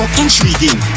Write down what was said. intriguing